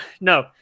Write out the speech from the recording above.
no